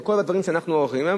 וכל הדברים שאנחנו יודעים,